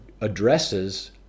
addresses